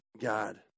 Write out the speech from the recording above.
god